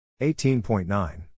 18.9